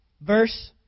Verse